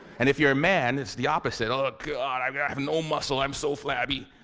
and if you're a man, it's the opposite oh god, i got no muscle, i'm so flabby!